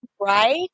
Right